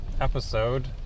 episode